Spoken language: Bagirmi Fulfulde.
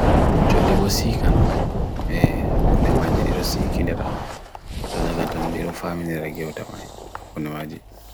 Ladde'en hulaandi ɗuum waɗiɗa ko ɗuum njamɓe no wi’i waɗtu nannde.